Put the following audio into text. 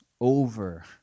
over